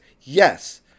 yes